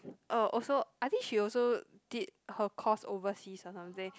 oh also I think she also did her course overseas or something